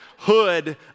hood